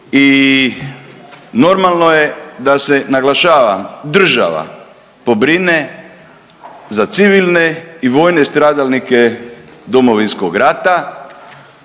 i normalno je da se, naglašavam, država pobrine za civilne i vojne stradalnike Domovinskog rata